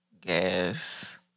gas